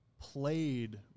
played